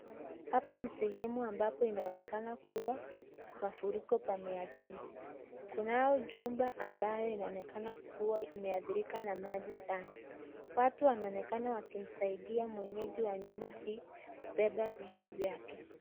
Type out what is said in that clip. Hapa ni sehemu ambapo inaonekana kuwa mafuriko pameathiri, kunao jumba ambayo inaonekana kuwa imehathirika na maji sana. Watu wanaonekana wakimsadia mwenyeji wa nyumba hii kubeba vitu vyake.